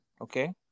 okay